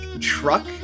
truck